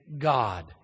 God